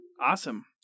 Awesome